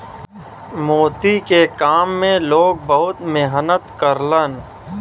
मोती के काम में लोग बहुत मेहनत करलन